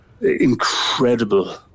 incredible